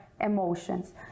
emotions